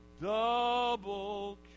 double